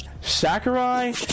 Sakurai